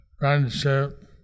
Friendship